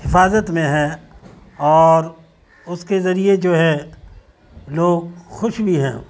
حفاظت میں ہے اور اس کے ذریعے جو ہے لوگ خوش بھی ہیں